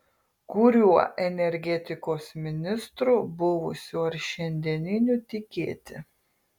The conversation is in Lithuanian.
kuriuo energetikos ministru buvusiu ar šiandieniniu tikėti